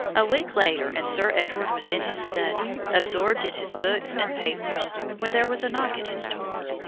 a week later, and sir edward was in his study, absorbed in his books and papers, when there was a knock at his door,